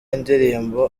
indirimbo